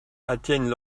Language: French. atteignent